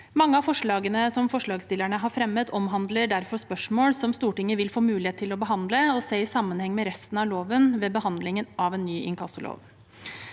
Mange av forslagene som forslagsstillerne har fremmet, omhandler derfor spørsmål som Stortinget vil få mulighet til å behandle og se i sammenheng med resten av loven ved behandlingen av en ny inkassolov.